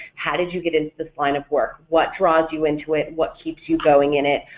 how did you get into this line of work, what draws you into it, what keeps you going in it,